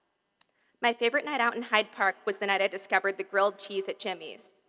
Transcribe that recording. my favorite night out in hyde park was the night i discovered the grilled cheese at jimmy's.